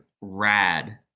rad